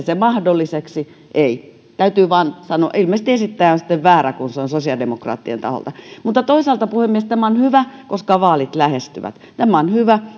se mahdolliseksi ei täytyy vain sanoa ilmeisesti esittäjä on sitten väärä kun se on sosiaalidemokraattien taholta toisaalta puhemies tämä on hyvä koska vaalit lähestyvät on hyvä